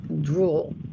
drool